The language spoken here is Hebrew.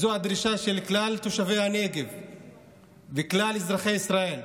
זו הדרישה של כלל תושבי הנגב וכלל אזרחי ישראל.